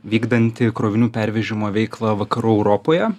vykdanti krovinių pervežimo veiklą vakarų europoje